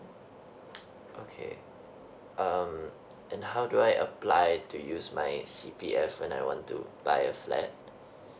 okay um and how do I apply to use my C_P_F when I want to buy a flat